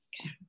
okay